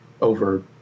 over